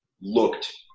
looked